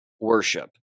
worship